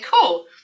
cool